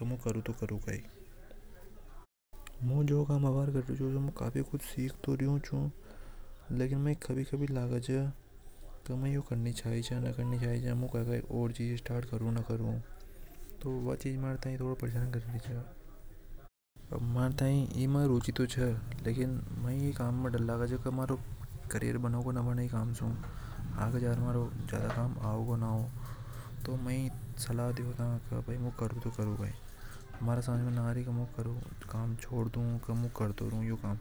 करु तो करु तो करु कई या म्हारे समझ नि आर्यों जो कम आभार कर रायो चू उसे मु काफी कुछ सिख तो रायो लेकिन माई कभी कभी लगे च की ओर चीज स्टार्ट करु न करु तो व चीज। मारा थाई परेशान करे च ये काम में मै डर लगे छे की। कैरियर बनेगा नि बनेगी ई कम सुजैद कम आवेगो न अवेगोटो में सलाह देव था कि मु करु या नि करूं।